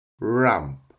ramp